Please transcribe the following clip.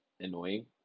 annoying